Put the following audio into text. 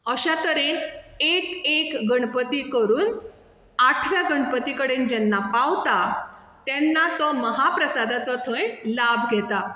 अशा तरेन एक एक गणपती करून आठव्या गणपती कडेन जेन्ना पावता तेन्ना तो महाप्रसादाचो थंय लाब घेता